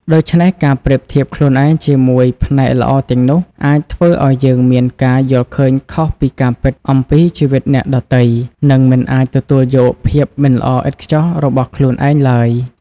ដូច្នេះ ការប្រៀបធៀបខ្លួនឯងជាមួយ ផ្នែកល្អទាំងនោះ អាចធ្វើឱ្យយើងមានការយល់ឃើញខុសពីការពិតអំពីជីវិតអ្នកដទៃ និងមិនអាចទទួលយកភាពមិនល្អឥតខ្ចោះរបស់ខ្លួនឯងឡើយ។